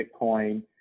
Bitcoin